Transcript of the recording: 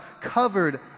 covered